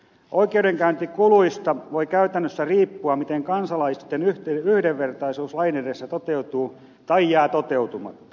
oikeudenkäyntikuluista voi käytännössä riippua miten kansalaisten yhdenvertaisuus lain edessä toteutuu tai jää toteutumatta